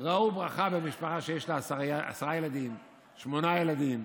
ראו ברכה במשפחה שיש לה עשרה ילדים, שמונה ילדים.